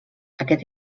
aquest